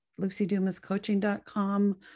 lucydumascoaching.com